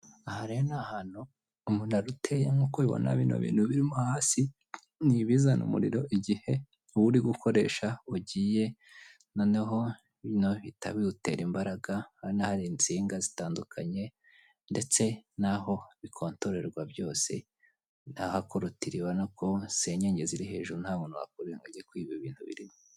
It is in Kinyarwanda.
Abagabo n' numudamu bicaye yambaye ijire y'umuhondo irimo akarongo k'umukara asutse ibishuko byumukara, yambaye agashanete mu ijosi, imbere yabo kumeza hari agacupa k'amazi igitabo hejuru hariho bike.